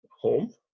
home